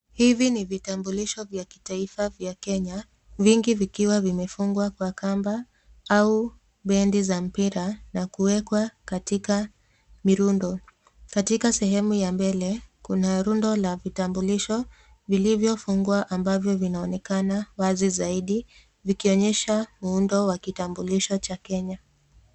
Hivi ni vitabulisho vya kitaifa vya Kenya, vingi vikiwa vime fungwa kwa kamba au bendi za mpira na kuwekwa katika mirundo. Katika sehemu ya mbele kuna rundo la vitabulisho vilivyo fungwa ambavyo vinavyo onekana wazi zaidi vikionyesha muundo wa kitambulisho cha Kenya.